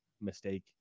mistake